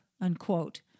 unquote